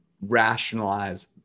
rationalize